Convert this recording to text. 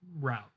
route